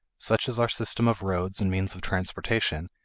such as our system of roads and means of transportation,